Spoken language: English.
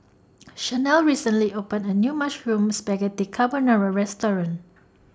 Shanelle recently opened A New Mushroom Spaghetti Carbonara Restaurant